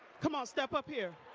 come on. step up here.